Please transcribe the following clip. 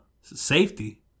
safety